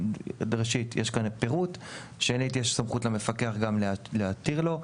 בראשית יש כאן פירוט שנית יש סמכות למפקח גם להתיר לו.